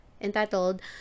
entitled